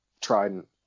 trident